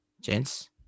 Gents